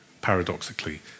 paradoxically